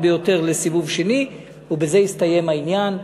ביותר לסיבוב שני ובזה יסתיים העניין,